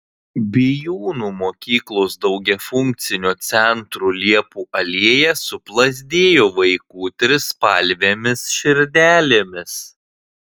bijūnų mokyklos daugiafunkcio centro liepų alėja suplazdėjo vaikų trispalvėmis širdelėmis